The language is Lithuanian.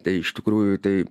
tai iš tikrųjų tai